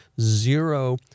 zero